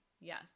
Yes